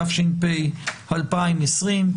התש"ף-2020.